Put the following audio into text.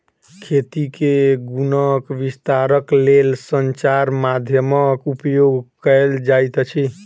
खेती के गुणक विस्तारक लेल संचार माध्यमक उपयोग कयल जाइत अछि